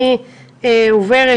אני עוברת